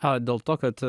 ai dėl to kad